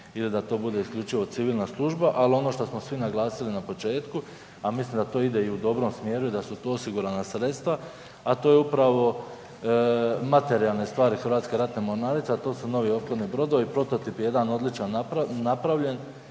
ili da to bude isključivo civilna služba. Ali ono što smo svi naglasili na početku, a mislim da to ide i u dobrom smjeru da su to osigurana sredstva, a to je upravo materijalne stvari Hrvatske ratne mornarice, a to su novi ophodni brodovi. Prototip 1 odličan napravljen,